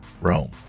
Rome